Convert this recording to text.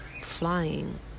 flying